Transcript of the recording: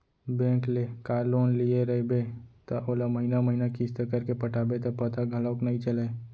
bank ले car loan लिये रइबे त ओला महिना महिना किस्त करके पटाबे त पता घलौक नइ चलय